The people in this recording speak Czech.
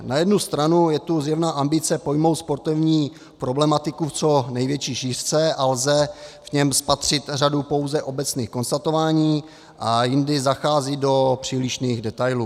Na jednu stranu je tu zjevná ambice pojmout sportovní problematiku v co největší šířce a lze v něm spatřit řadu pouze obecných konstatování, a jindy zachází do přílišných detailů.